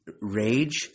rage